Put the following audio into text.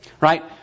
Right